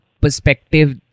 perspective